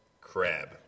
crab